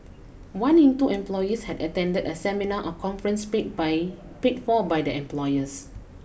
one in two employees had attended a seminar or conference paid by paid for by their employers